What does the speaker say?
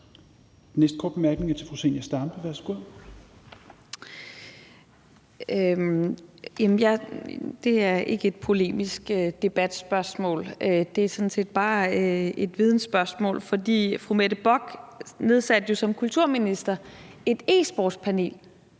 næste korte bemærkning er til fru Zenia Stampe. Værsgo. Kl. 17:00 Zenia Stampe (RV): Det er ikke et polemisk debatspørgsmål, men sådan set bare et vidensspørgsmål. Fru Mette Bock nedsatte jo som kulturminister et e-sportspanel,